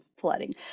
flooding